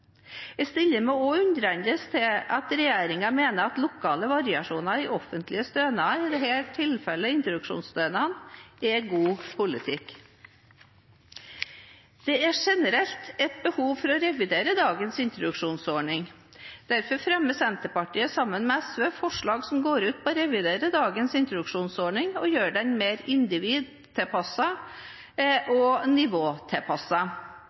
Jeg stiller meg også undrende til at regjeringen mener at lokale variasjoner i offentlige stønader, i dette tilfellet introduksjonsstønaden, er god politikk. Det er generelt et behov for å revidere dagens introduksjonsordning. Derfor fremmer Senterpartiet sammen med SV forslag som går ut på å revidere dagens introduksjonsordning og gjøre den mer